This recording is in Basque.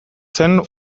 zen